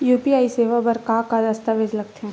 UPI सेवा बर का का दस्तावेज लगथे?